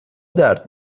درد